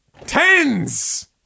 Tens